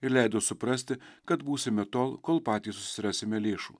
ir leido suprasti kad būsime tol kol patys susirasime lėšų